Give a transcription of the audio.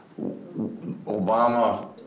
Obama